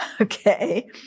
Okay